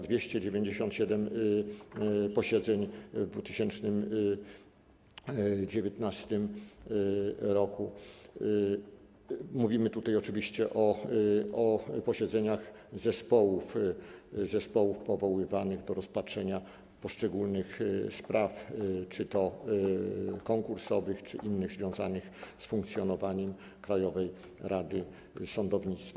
297 posiedzeń w 2019 r., mówimy tutaj oczywiście o posiedzeniach zespołów powoływanych do rozpatrzenia poszczególnych spraw, czy to konkursowych, czy innych związanych z funkcjonowaniem Krajowej Rady Sądownictwa.